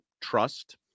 trust